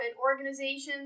organizations